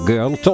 Girl